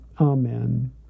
Amen